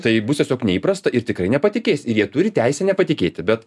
tai bus tiesiog neįprasta ir tikrai nepatikės ir jie turi teisę nepatikėti bet